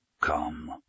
Come